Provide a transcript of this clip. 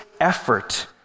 effort